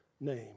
name